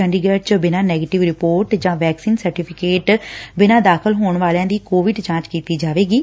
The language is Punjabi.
ਚੰਡੀਗੜ ਚ ਬਿਨਾ ਨੈਗੇਟਿਵ ਰਿਪੋਰਟ ਜਾਂ ਵੈਕਸੀਨ ਸਰਟੀਫਿਕੇਟ ਬਿਨਾ ਦਾਖ਼ਲ ਹੋਣ ਵਾਲਿਆਂ ਦੀ ਕੋਵਿਡ ਜਾਂਚ ਕੀਤੀ ਜਾਵੇਗੀ